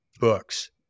books